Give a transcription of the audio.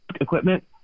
equipment